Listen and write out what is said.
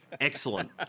Excellent